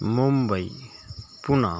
Mumbai Pune